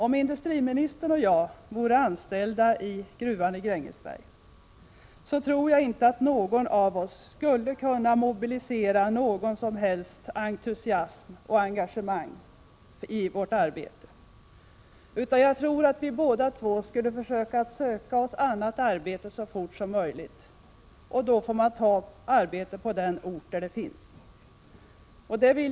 Om industriministern och jag vore anställda i gruvan i Grängesberg tror jag inte att någon av oss skulle kunna mobilisera någon som helst entusiasm eller något som helst engagemang i vårt arbete. Jag tror att vi båda skulle söka oss annat arbete så fort som möjligt. Då får man ta arbete på den ort där arbete finns.